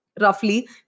Roughly